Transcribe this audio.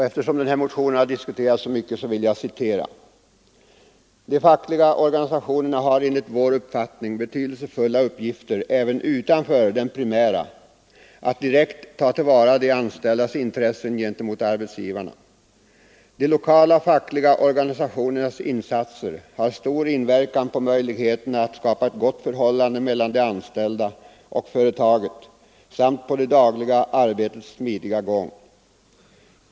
Eftersom motionen har diskuterats så mycket vill jag ur den citera följande: ”De fackliga organisationerna har enligt vår uppfattning betydelsefulla uppgifter även utanför den primära att direkt ta till vara de anställdas intressen gentemot arbetsgivarna. De lokala fackliga organisationernas insatser har stor inverkan på möjligheterna att skapa ett gott förhållande mellan de anställda och företaget samt på det dagliga arbetets smidiga gång.